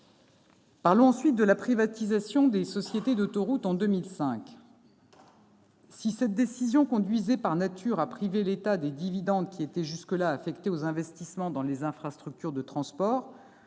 Parlons à présent de la privatisation des sociétés d'autoroutes survenue en 2005. Cette décision conduisait, par nature, à priver l'État des dividendes qui étaient jusque-là affectés aux investissements dans les infrastructures de transport.